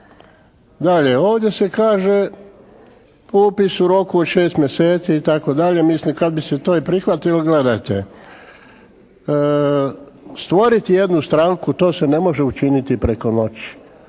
Dalje, ovdje se kaže upis u roku od 6 mjeseci itd. Mislim kad bi se to i prihvatilo gledajte, stvoriti jednu stranku to se ne može učiniti preko noći.